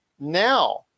now